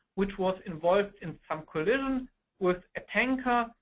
which was involved in some collision with a tanker,